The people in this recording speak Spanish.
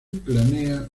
planea